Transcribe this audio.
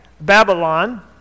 Babylon